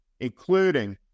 including